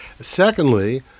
Secondly